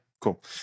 cool